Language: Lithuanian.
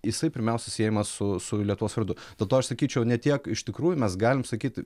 jisai pirmiausia siejamas su su lietuvos vardu dėl to aš sakyčiau ne tiek iš tikrųjų mes galim sakyt